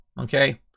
Okay